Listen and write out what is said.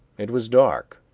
it was dark,